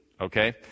okay